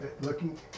looking